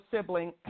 sibling